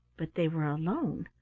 but they were alone,